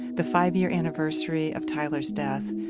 the five year anniversary of tyler's death,